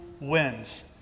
wins